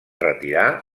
retirar